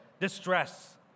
distress